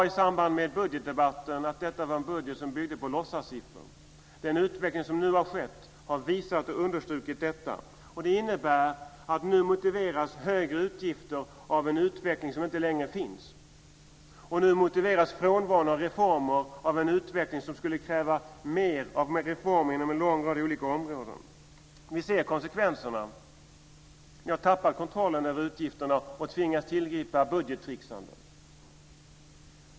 I samband med budgetdebatten sade jag att det var en budget som bygger på låtsassiffror. Den utveckling som nu skett har visat och understrukit detta. Det innebär att nu motiveras högre utgifter av en utveckling som inte längre finns, och nu motiveras frånvaron av reformer av en utveckling som skulle kräva mer av reformer inom en lång rad olika områden. Vi ser konsekvenserna. Ni har tappat kontrollen över utgifterna och tvingats tillgripa budgettricksande.